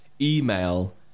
email